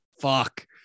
Fuck